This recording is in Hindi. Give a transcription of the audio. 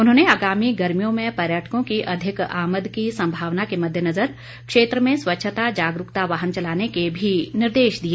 उन्होंने आगामी गर्मीयों में पर्यटकों की अधिक आमद की संभावना के मद्देनजर क्षेत्र में स्वच्छता जागरूकता वाहन चलाने के भी निर्देश दिए